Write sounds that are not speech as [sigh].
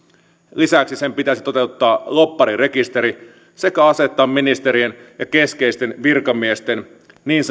lisäksi sen pitäisi toteuttaa lobbarirekisteri sekä asettaa ministerien ja keskeisten virkamiesten niin [unintelligible]